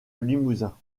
limousin